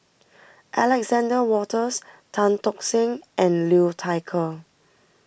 Alexander Wolters Tan Tock Seng and Liu Thai Ker